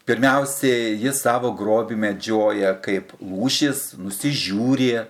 pirmiausia jis savo grobį medžioja kaip lūšis nusižiūri